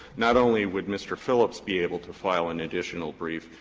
not only would mr. phillips be able to file an additional brief,